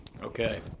Okay